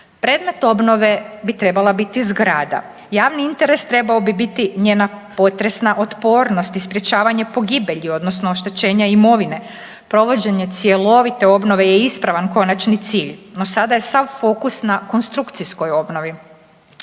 Predmet obnove bi trebala biti zgrada, javni interes trebao bi biti njena potresna otpornost i sprječavanje pogibelji odnosno oštećenja imovine. Provođenje cjelovite obnove je ispravan konačni cilj, no sada je sav fokus na konstrukcijskoj obnovi.